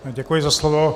Děkuji za slovo.